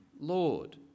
Lord